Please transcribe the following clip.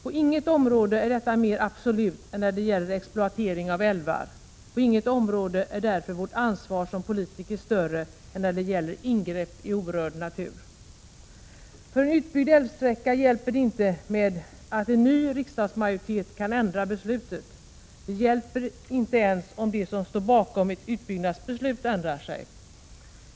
På inget område är detta mera absolut än när det gäller exploatering av älvar, på inget område är därför vårt ansvar som politiker större än när det gäller ingrepp i orörd natur. I För en utbyggd älvsträcka hjälper det inte med att en ny riksdagsmajoritet kan ändra beslutet. Det hjälper inte ens om de som står bakom ett utbyggnadsbeslut ändrar sig.